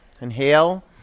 inhale